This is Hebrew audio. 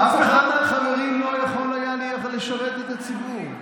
אף אחד מהחברים לא יכול היה לשרת את הציבור.